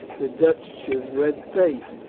the duchess's red face,